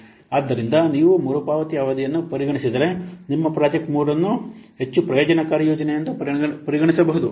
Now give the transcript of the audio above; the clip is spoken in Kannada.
ಆದ್ದರಿಂದ ನೀವು ಮರುಪಾವತಿ ಅವಧಿಯನ್ನು ಪರಿಗಣಿಸಿದರೆ ನಿಮ್ಮ ಪ್ರಾಜೆಕ್ಟ್ 3 ಅನ್ನು ಹೆಚ್ಚು ಪ್ರಯೋಜನಕಾರಿ ಯೋಜನೆಯೆಂದು ಪರಿಗಣಿಸಬಹುದು